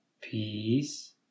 Peace